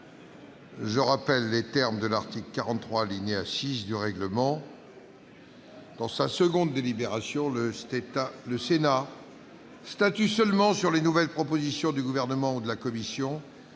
Je rappelle au Sénat les termes de l'article 43, alinéa 6, du règlement :« Dans sa seconde délibération, le Sénat statue seulement sur les nouvelles propositions du Gouvernement ou de la commission,